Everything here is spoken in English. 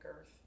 Earth